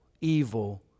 evil